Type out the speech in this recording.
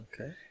Okay